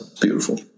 beautiful